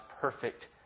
perfect